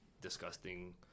disgusting